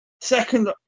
Second